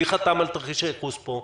מי חתם על תרחיש הייחוס פה?